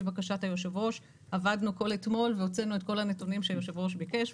בקשת היו"ר עבדנו כל אתמול הוצאנו את כל הנתונים שהיו"ר ביקש,